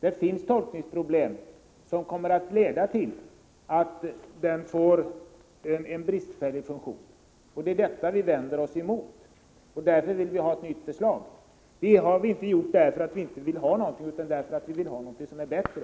Det finns tolkningsproblem som kommer att leda till att den får en bristfällig funktion, och det är detta vi vänder oss emot. Därför vill vi ha ett nytt förslag. Vi har inte yrkat avslag därför att vi inte vill ha någonting, utan därför att vi vill ha någonting som är bättre.